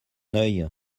œil